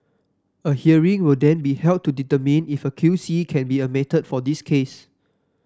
a hearing will then be held to determine if a QC can be admitted for the case